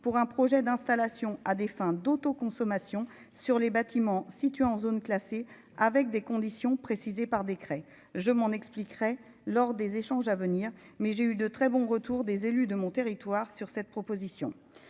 pour un projet d'installation à des fins d'autoconsommation sur les bâtiments situés en zone classée avec des conditions précisées par décret, je m'en expliquerai lors des échanges à venir, mais j'ai eu de très bons retours des élus de mon territoire sur cette proposition,